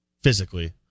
physically